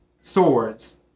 swords